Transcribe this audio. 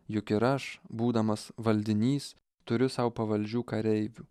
juk ir aš būdamas valdinys turiu sau pavaldžių kareivių